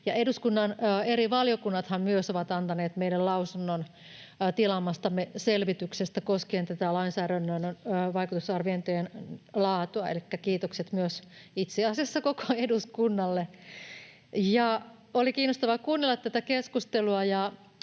Eduskunnan eri valiokunnathan myös ovat antaneet meille lausunnon tilaamastamme selvityksestä koskien tätä lainsäädännön vaikutusarviointien laatua, elikkä kiitokset myös itse asiassa koko eduskunnalle. Oli kiinnostavaa kuunnella tätä keskustelua,